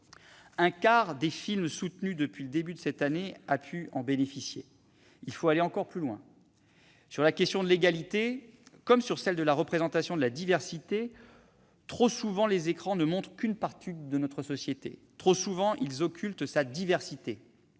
Un quart des films soutenus depuis le début de cette année ont pu en bénéficier. Il faut aller encore plus loin sur la question de l'égalité, comme sur celle de la représentation de la diversité. Trop souvent, les écrans ne montrent qu'une partie de notre société ; trop souvent, ils occultent sa diversité.